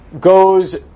goes